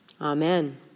Amen